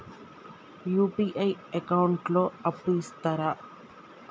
UPI account లో అప్పు ఇస్తరా?